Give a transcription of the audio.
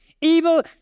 Evil